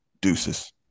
deuces